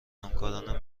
همکارانم